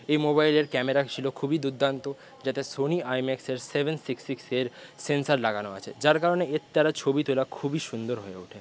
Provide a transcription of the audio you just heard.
এই মোবাইলের ক্যামেরা ছিল খুবই দুর্দান্ত যেটা সোনি আই ম্যাক্সের সেভেন সিক্স সিক্স এর সেন্সার লাগানো আছে যার কারণে এর দ্বারা ছবি তোলা খুবই সুন্দর হয়ে ওঠে